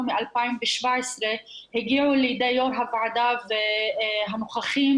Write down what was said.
מ-2017 הגיעו לידי יו"ר הוועדה והנוכחים,